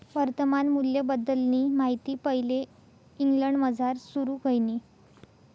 वर्तमान मूल्यबद्दलनी माहिती पैले इंग्लंडमझार सुरू व्हयनी